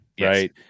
Right